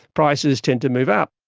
prices tend to move up.